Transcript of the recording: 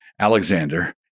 Alexander